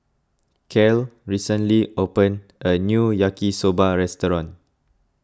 Cal recently opened a new Yaki Soba restaurant